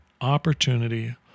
opportunity